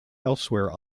elsewhere